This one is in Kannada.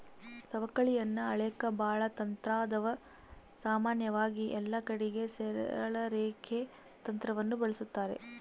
ಸವಕಳಿಯನ್ನ ಅಳೆಕ ಬಾಳ ತಂತ್ರಾದವ, ಸಾಮಾನ್ಯವಾಗಿ ಎಲ್ಲಕಡಿಗೆ ಸರಳ ರೇಖೆ ತಂತ್ರವನ್ನ ಬಳಸ್ತಾರ